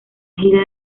gira